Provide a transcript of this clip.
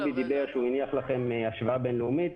דובי אמיתי אמר שהוא הניח בפניכם השוואה בין-לאומית.